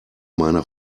meiner